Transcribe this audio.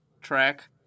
track